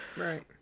Right